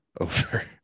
over